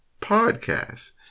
podcast